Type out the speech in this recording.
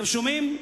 אתם שומעים?